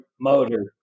motor